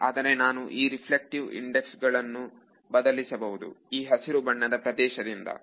ಆದರೆ ನಾನು ಈ ರೆಫ್ರಾಕ್ಟಿವೆ ಇಂದೆಕ್ಸ್ ಗಳನ್ನು ಬದಲಿಸಬಹುದು ಈ ಹಸಿರು ಬಣ್ಣದ ಪ್ರದೇಶದಿಂದ